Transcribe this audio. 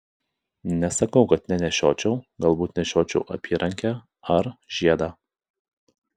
nesakau kad nenešiočiau galbūt nešiočiau apyrankę ar žiedą